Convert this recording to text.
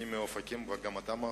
אני מאופקים וגם אתה מאופקים,